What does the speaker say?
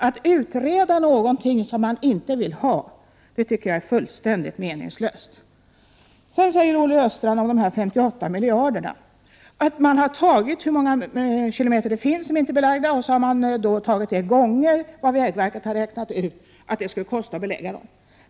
Att utreda något som man inte vill ha tycker jag är fullständigt meningslöst. Om de 58 miljarderna sade Olle Östrand att man har tagit det antal kilometrar som inte är belagda och sedan tagit det gånger vad vägverket har räknat ut att det skall kosta att belägga dem.